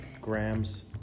Grams